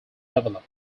developed